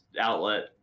outlet